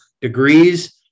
degrees